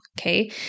Okay